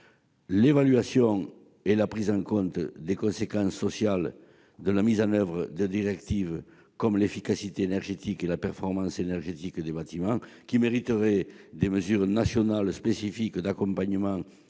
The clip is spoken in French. l'évaluation et la prise en compte des conséquences sociales de la mise en oeuvre des directives, en ce qui concerne l'efficacité énergétique et la performance énergétique des bâtiments, mériteraient des mesures nationales spécifiques d'accompagnement,